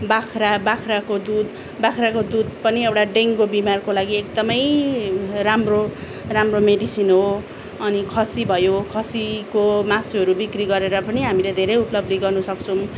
बाख्रा बाख्राको दुध बाख्राको दुध पनि एउटा डेङ्गो बिमारको लागि एकदमै राम्रो राम्रो मेडिसिन हो अनि खसी भयो खसीको मासुहरू बिक्री गरेर पनि हामीले धेरै उपलब्धि गर्नु सक्छौँ